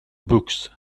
books